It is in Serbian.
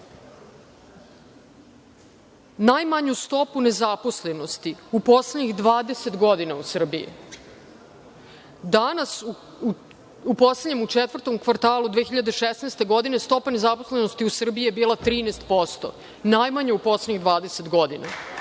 najmanju stopu nezaposlenosti u poslednjih 20 godina u Srbiji. Danas, u četvrtom kvartalu 2016. godina stopa nezaposlenosti u Srbiji je bila 13%, najmanja u poslednjih 20 godina.